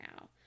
now